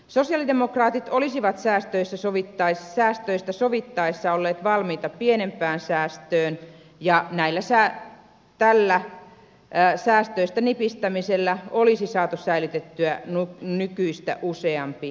sosialidemokraatit olisivat säästöistä sovittaessa olleet valmiita pienempään säästöön ja tällä säästöistä nipistämisellä olisi saatu säilytettyä nykyistä useampi työpaikka